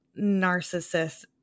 narcissist